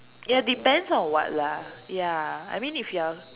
ya depends on what lah ya I mean if you are